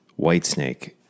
Whitesnake